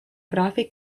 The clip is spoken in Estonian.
graafik